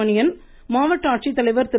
மணியன் மாவட்ட ஆட்சித்தலைவர் திரு